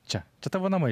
čia čia tavo namai